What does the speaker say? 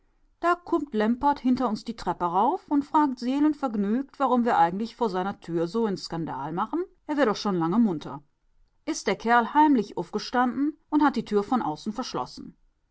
da kummt lempert hinter uns die treppe rauf und fragt seelenvergnügt warum wir eigentlich vor seiner tür so eenen skandal machen a wär doch schon lange munter is der kerl heimlich uffgestanden und hat die tür von außen verschlossen